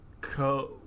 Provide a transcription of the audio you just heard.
Co